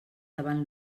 davant